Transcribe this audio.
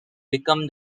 become